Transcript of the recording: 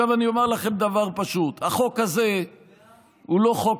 עכשיו אני אומר לכם דבר פשוט: החוק הזה הוא לא חוק